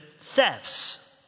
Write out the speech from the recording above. thefts